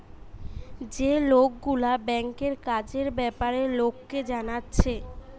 যে লোকগুলা ব্যাংকের কাজের বেপারে লোককে জানাচ্ছে